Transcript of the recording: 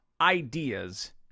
ideas